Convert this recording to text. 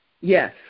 Yes